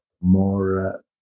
more